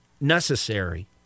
necessary